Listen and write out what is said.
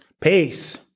Peace